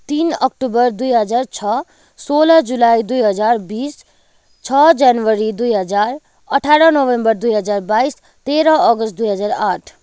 तिन अक्टोबर दुई हजार छ सोह्र जुलाई दुई हजार बिस छ जनवरी दुई हजार अठार नोभेम्बर दुई हजार बाइस तेह्र अगस्त दुई हजार आठ